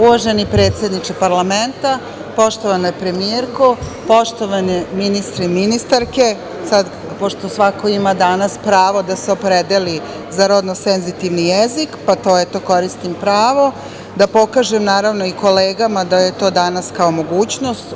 Uvaženi predsedniče parlamenta, poštovana premijerko, poštovani ministri i ministarke, pošto svako danas ima pravo da se opredeli za rodno senzitivni jezik, pa eto koristim to pravo da pokažem kolegama da je to mogućnost.